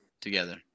together